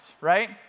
right